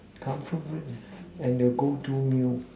comfort food is and your go to meal